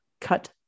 cut